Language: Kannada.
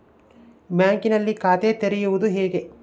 ಬ್ಯಾಂಕಿನಲ್ಲಿ ಖಾತೆ ತೆರೆಯುವುದು ಹೇಗೆ?